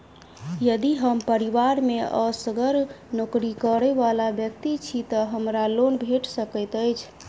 यदि हम परिवार मे असगर नौकरी करै वला व्यक्ति छी तऽ हमरा लोन भेट सकैत अछि?